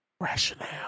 Rationale